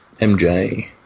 MJ